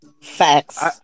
facts